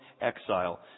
exile